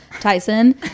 Tyson